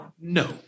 No